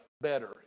better